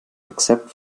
except